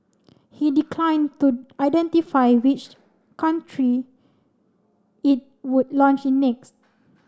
he declined to identify which country it would launch in next